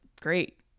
great